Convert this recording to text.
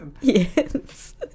yes